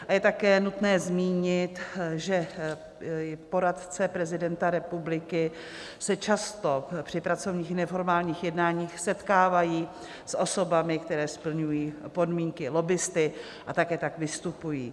Také je nutné zmínit, že poradci prezidenta republiky se často při pracovních i neformálních jednáních setkávají s osobami, které splňují podmínky lobbisty a také tak vystupují.